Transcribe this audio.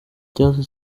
ikibazo